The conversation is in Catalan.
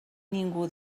ningú